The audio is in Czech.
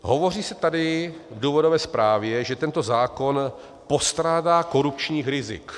Hovoří se tady v důvodové zprávě, že tento zákon postrádá korupčních rizik.